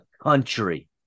country